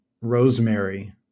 rosemary